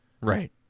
Right